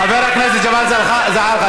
חבר הכנסת ג'מאל זחאלקה,